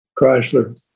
Chrysler